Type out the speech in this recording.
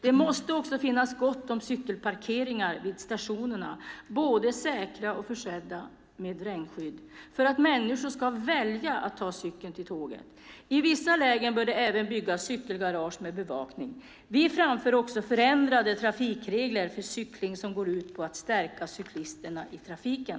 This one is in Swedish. Det måste också finnas gott om cykelparkeringar vid stationerna - både säkra och försedda med regnskydd - för att människor ska välja att ta cykeln till tåget. I vissa lägen bör det även byggas cykelgarage med bevakning. Vi framför också förändrade trafikregler för cykling som går ut på att stärka cyklisterna i trafiken.